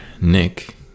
Nick